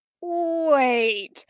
Wait